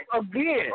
again